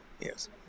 yes